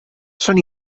son